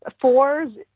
fours